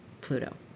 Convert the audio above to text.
Pluto